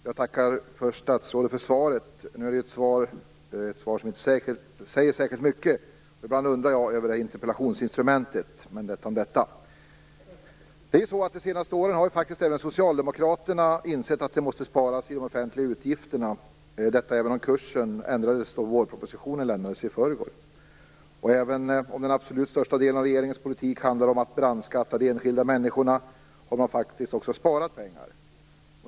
Fru talman! Jag tackar statsrådet för svaret, ett svar som inte säger särskilt mycket. Ibland undrar jag över interpellationsinstrumentet - men detta om detta. Under de senaste åren har faktiskt också Socialdemokraterna insett att det måste sparas i de offentliga utgifterna, även om kursen ändrades i förrgår då vårpropositionen avlämnades. Även om den absolut största delen av regeringens politik handlar om att brandskatta de enskilda människorna har man faktiskt också sparat pengar.